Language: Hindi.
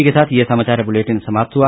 इसी के साथ ये समाचार बुलेटिन समाप्त हुआ